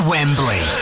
Wembley